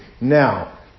Now